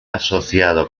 asociado